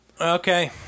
Okay